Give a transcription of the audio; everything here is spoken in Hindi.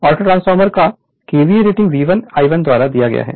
ऑटो ट्रांसफार्मर का केवीए रेटिंग V1 I1 द्वारा दिया गया है